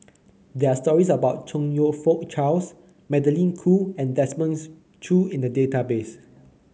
there are stories about Chong You Fook Charles Magdalene Khoo and Desmond Choo in the database